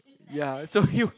ya so